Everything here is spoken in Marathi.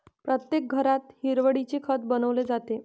प्रत्येक घरात हिरवळीचे खत बनवले जाते